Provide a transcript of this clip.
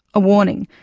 a warning,